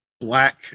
black